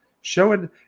Showing